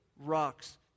rocks